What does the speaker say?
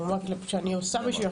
שאני עושה ---,